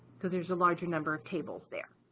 so there's a larger number of tables there.